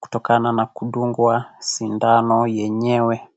kutokana na kudungwa sindano yenyenywe .